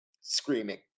screaming